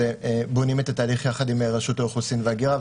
בונים את התהליך יחד עם רשות האוכלוסין וההגירה,